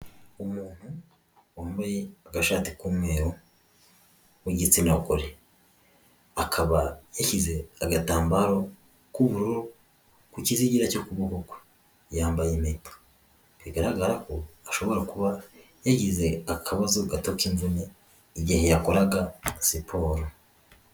Umuntu wambaye agashati k'umweru w'igitsina gore akaba yashyize agatambaro k'ubururu ku kizigira cyo ku kaboko, yambaye impeta bigaragara ko ashobora kuba yagize akabazo gato k'imvune igihe yakoraga siporo.